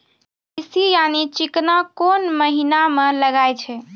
तीसी यानि चिकना कोन महिना म लगाय छै?